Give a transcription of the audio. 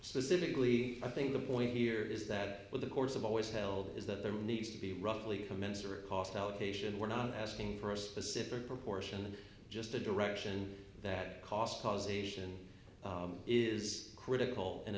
specifically i think the point here is that well the course of always held is that there needs to be roughly commensurate cost allocation we're not asking for a specific proportion and just a direction that cost causation is critical and